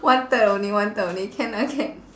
one third only one third only can ah can